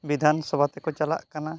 ᱵᱤᱫᱷᱟᱱ ᱥᱚᱵᱷᱟ ᱛᱮᱠᱚ ᱪᱟᱞᱟᱜ ᱠᱟᱱᱟ